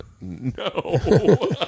No